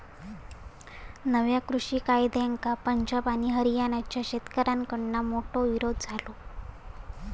नव्या कृषि कायद्यांका पंजाब आणि हरयाणाच्या शेतकऱ्याकडना मोठो विरोध झालो